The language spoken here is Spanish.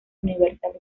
universal